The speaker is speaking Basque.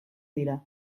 dira